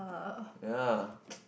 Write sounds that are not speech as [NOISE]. yeah [NOISE]